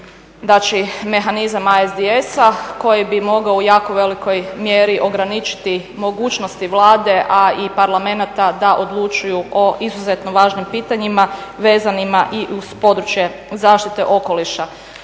znači mehanizam ISDS-a koji bi mogao u jako velikoj mjeri ograničiti mogućnosti Vlade a i parlamenata da odlučuju o izuzetno važnim pitanjima vezanima i uz područje zaštite okoliša.